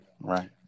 right